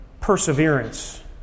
perseverance